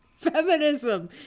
feminism